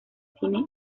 cine